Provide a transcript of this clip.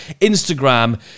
Instagram